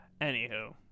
Anywho